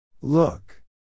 Look